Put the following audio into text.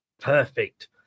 Perfect